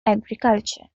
agriculture